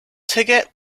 ticket